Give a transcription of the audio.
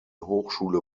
hochschule